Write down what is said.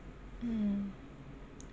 mm